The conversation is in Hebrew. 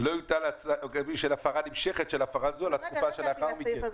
"ולא יוטל עיצום כספי בשל הפרה נמשכת של הפרה זו על התקופה שלאחר מכן".